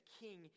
king